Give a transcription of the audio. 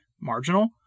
Marginal